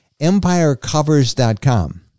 Empirecovers.com